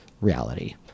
reality